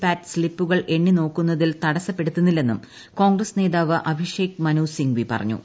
പാറ്റ് സ്തിപ്പുകൾ എണ്ണി ഒത്തുനോക്കുന്നതിൽ തടസ്സപ്പെടുത്തുന്നില്ലെന്നും കോൺഗ്രസ് നേതാവ് അഭിഷേക് മനു സിംഗ്വി പറഞ്ഞു